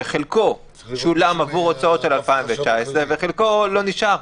שחלקו שולם עבור הוצאות על 2019 וחלקו לא נשאר,